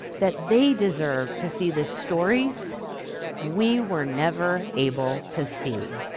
that they deserve to see the stories we were never able to see.